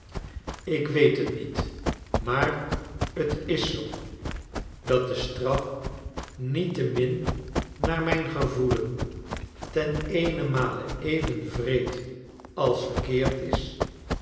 ik weet het niet maar t is zoo dat de straf niettemin naar mijn gevoelen ten eenenmale even wreed als verkeerd is